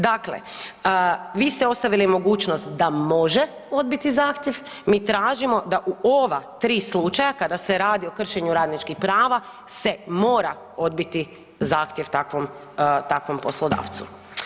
Dakle, vi ste ostavili mogućost da može odbiti zahtjev, mi tražimo da u ova tri slučaja kada se radi o kršenju radničkih prava se mora odbiti zahtjev takvom, takvom poslodavcu.